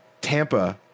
Tampa